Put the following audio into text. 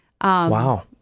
Wow